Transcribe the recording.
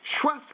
trust